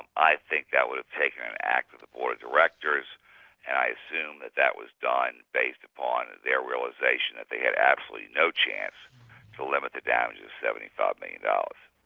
and i think that would have taken an act of the board of directors and i assume that that was done based upon their realisation that they had absolutely no chance to limit the damages to seventy five million dollars.